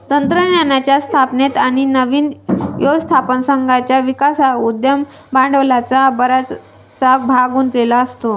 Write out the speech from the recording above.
तंत्रज्ञानाच्या स्थापनेत आणि नवीन व्यवस्थापन संघाच्या विकासात उद्यम भांडवलाचा बराचसा भाग गुंतलेला असतो